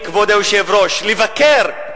לאדוני, כבוד היושב-ראש, לבקר,